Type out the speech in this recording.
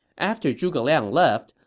after zhuge liang left,